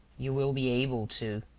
you will be able to,